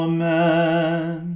Amen